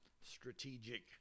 strategic